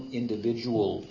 individual